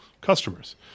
customers